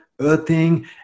earthing